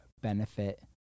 benefit